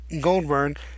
Goldberg